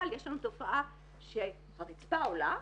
אבל יש לנו תופעה שהרצפה עולה,